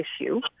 issue